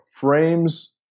frames